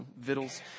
vittles